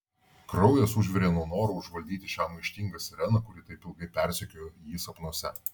kraujas užvirė nuo noro užvaldyti šią maištingą sireną kuri taip ilgai persekiojo jį sapnuose